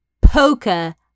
poker